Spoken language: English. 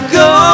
go